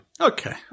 Okay